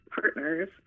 partners